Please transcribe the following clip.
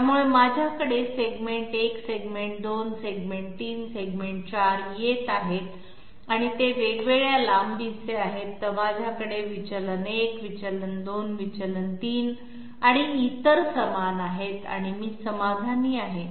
त्यामुळे माझ्याकडे segment 1 segment 2 segment 3 segment 4 येत आहेत आणि ते वेगवेगळ्या लांबीचे आहेत तर माझ्याकडे विचलन 1 विचलन 2 विचलन 3 आणि इतर समान आहेत आणि मी समाधानी आहे